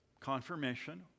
confirmation